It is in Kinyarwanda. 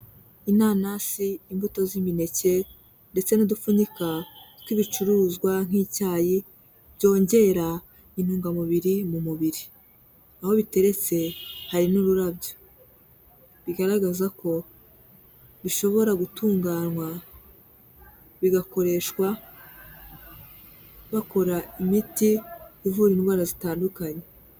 Inanasi, imbuto z'imineke ndetse n'udupfunyika tw'ibicuruzwa nk'icyayi byongera intungamubiri mu mubiri, aho biteretse hari n'ururabyo, bigaragaza ko bishobora gutunganywa bigakoreshwa bakora imiti ivura indwara zitandukanye.